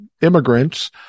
immigrants